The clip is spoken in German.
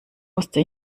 musste